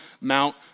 Mount